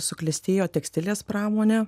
suklestėjo tekstilės pramonė